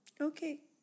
Okay